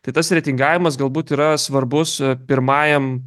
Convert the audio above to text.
tai tas reitingavimas galbūt yra svarbus pirmajam